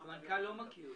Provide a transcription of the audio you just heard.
המנכ"ל לא מכיר.